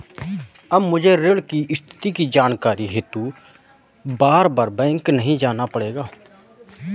अब मुझे ऋण की स्थिति की जानकारी हेतु बारबार बैंक नहीं जाना पड़ेगा